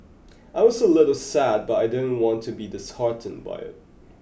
I was a little sad but I didn't want to be disheartened by it